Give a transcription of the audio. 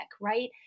right